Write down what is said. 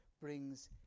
brings